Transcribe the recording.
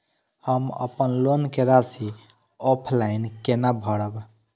हम अपन लोन के राशि ऑफलाइन केना भरब?